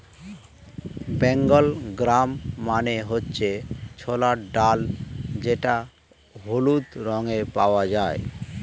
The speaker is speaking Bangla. বেঙ্গল গ্রাম মানে হচ্ছে ছোলার ডাল যেটা হলুদ রঙে পাওয়া যায়